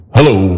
Hello